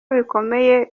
bikomeye